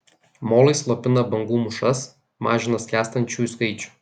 molai slopina bangų mūšas mažina skęstančiųjų skaičių